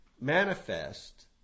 manifest